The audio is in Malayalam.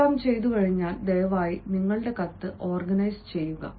ഇതെല്ലാം ചെയ്തുകഴിഞ്ഞാൽ ദയവായി നിങ്ങളുടെ കത്ത് ഓർഗനൈസുചെയ്യുക